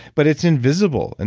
but it's invisible. and